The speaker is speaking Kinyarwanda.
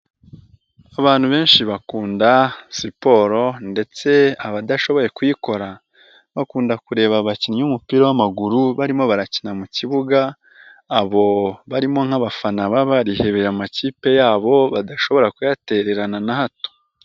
Abantu benshi bakunda siporo ndetse abadashoboye kuyikora, bakunda kureba abakinnyi b'umupira w'amaguru barimo barakina mu kibuga ,abo barimo nk'abafana baba barihebeye amakipe yabo badashobora kuyatererana na hato.